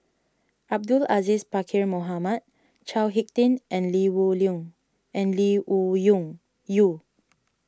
Abdul Aziz Pakkeer Mohamed Chao Hick Tin and Lee Wung and Lee Wung Yew